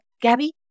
Gabby